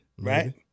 Right